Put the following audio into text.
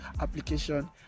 application